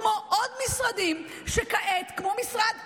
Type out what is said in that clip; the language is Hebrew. כמו עוד משרדים שכעת, כמו משרד המודיעין,